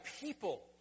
people